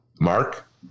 Mark